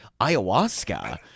ayahuasca